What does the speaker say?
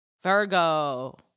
Virgo